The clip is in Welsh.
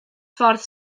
ffordd